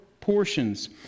portions